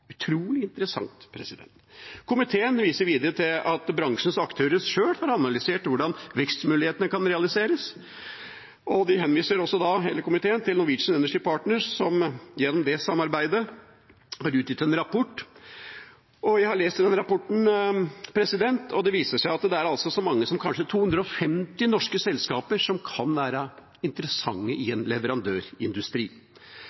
utrolig interessant. Komiteen viser videre til at bransjens aktører sjøl har analysert hvordan vekstmulighetene kan realiseres. Hele komiteen henviser også til Norwegian Energy Partners, som gjennom dette samarbeidet har utgitt en rapport. Jeg har lest den rapporten, og det viser seg at det er så mange som kanskje 250 norske selskaper som kan være interessante i